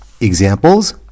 Examples